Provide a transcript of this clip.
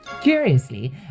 Curiously